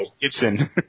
Gibson